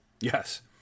Yes